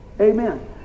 Amen